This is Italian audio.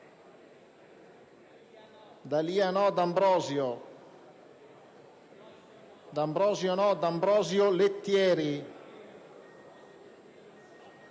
D'Ambrosio Lettieri,